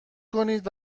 کنید